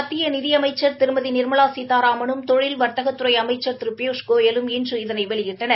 மத்திய நிதி அமைச்சர் திருமதி நிர்மலா சீதாராமனும் தொழில் வர்த்தகத்துறை அமைச்சர் திரு பியூஷ் கோயலும் இன்று வெளியிட்டனர்